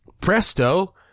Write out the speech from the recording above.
presto